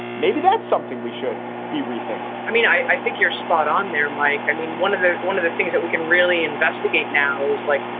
maybe that's something we should be rethinking i mean, i think you're spot on there, mike. i mean, one of the one of the things that we can really investigate now is like,